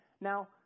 Now